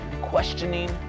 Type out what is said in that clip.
Questioning